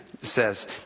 says